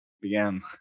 began